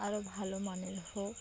আরও ভালো মানের হোক